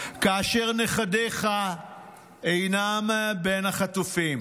כאשר נכדיך אינם בין החטופים,